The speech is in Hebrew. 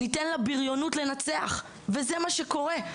ניתן לבריונות לנצח, וזה מה שקורה.